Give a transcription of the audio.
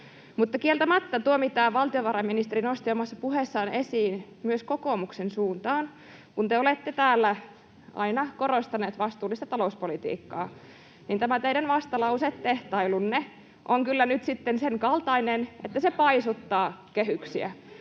selvä. Kieltämättä, niin kuin valtiovarainministeri nosti omassa puheessaan esiin myös kokoomuksen suuntaan, kun te olette täällä aina korostaneet vastuullista talouspolitiikkaa, niin tämä teidän vastalausetehtailunne on kyllä nyt sitten senkaltaista, että se paisuttaa kehyksiä.